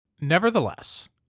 Nevertheless